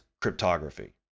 cryptography